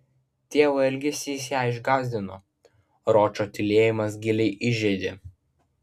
tėvo elgesys ją išgąsdino ročo tylėjimas giliai įžeidė